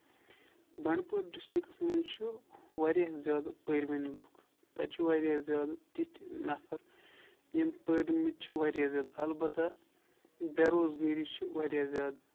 Bandipur districts منٛز چھُ واریاہ زیادٕ پٔروٕنۍ لُکھ تَتہِ چھِ واریاہ زیادٕ تِتھِۍ نفر یِم پٔرمٕتۍ چھِ واریاہ زیادٕ اَلبتہ بے روزگٲری چھِ واریاہ زیادٕ